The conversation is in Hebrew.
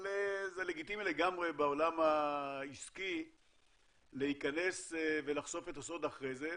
אבל זה לגיטימי לגמרי בעולם העסקי להיכנס ולחשוף את הסוד אחרי זה,